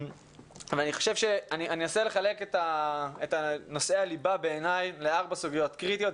אני אנסה לחלק את נושאי הליבה בעיניי לארבע סוגיות קריטיות,